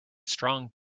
strong